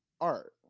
art